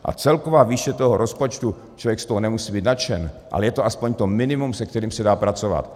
A celková výše rozpočtu člověk z toho nemusí být nadšen, ale je to aspoň to minimum, se kterým se dá pracovat.